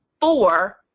Four